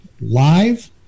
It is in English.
live